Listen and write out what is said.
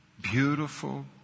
Beautiful